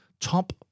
Top